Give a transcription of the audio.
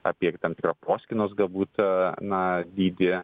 apie ir tam tikrą proskynos galbūt na dydį